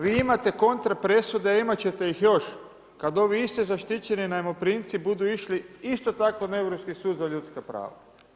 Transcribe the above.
Vi imate kontra presude a imati ćete ih još kad ovi isti zaštićeni najmoprimci budu išli isto tako na Europski sud za ljudska prava.